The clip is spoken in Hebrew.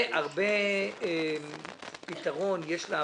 הרבה יתרון יש לבנקים.